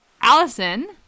allison